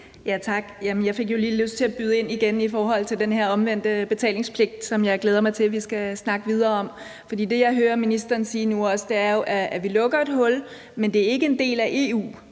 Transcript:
Tak. Jeg fik lige lyst til at byde ind igen i forhold til den her omvendte betalingspligt, som jeg glæder mig til vi skal snakke videre om, for det, jeg hører ministeren sige nu, er, at vi lukker et hul, men det er ikke en del af